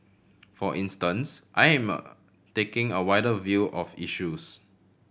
for instance I am a taking a wider view of issues